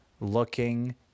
looking